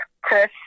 Chris